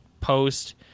post